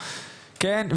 כן?